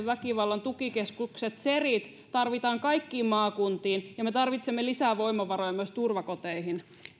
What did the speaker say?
väkivallan tukikeskukset serit tarvitaan kaikkiin maakuntiin ja me tarvitsemme lisää voimavaroja myös turvakoteihin